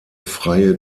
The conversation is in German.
freie